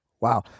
Wow